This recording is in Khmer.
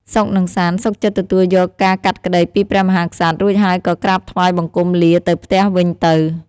សុខ និងសាន្ត សុខចិត្តទទួលយកការកាត់ក្តីពីព្រះមហាក្សត្រ រួចហើយក៏ក្រាបថ្វាយបង្គំលាទៅផ្ទះវិញទៅ។